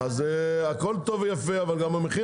הכול טוב ויפה אבל גם המחיר